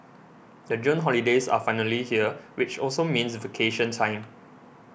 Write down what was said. the June holidays are finally here which also means vacation time